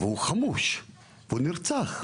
שהיה חמוש, והוא נרצח.